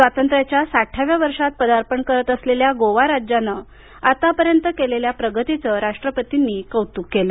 स्वातंत्र्याच्या साठाव्या वर्षात पदार्पण करत असलेल्या गोवा राज्यानं आतापर्यंत केलेल्या प्रगतीचं राष्ट्रपतींनी कौतुक केलं